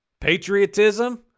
Patriotism